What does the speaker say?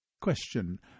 Question